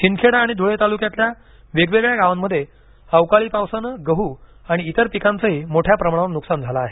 शिंदखेडा आणि धुळे तालुक्यातल्या वेगवेगळ्या गावांमध्ये अवकाळी पावसाने गहू आणि इतर पिकांचं मोठ्या प्रमाणावर नुकसान झालं आहे